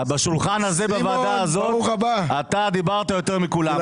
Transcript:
בשולחן הזה, בוועדה הזאת, אתה דיברת יותר מכולם.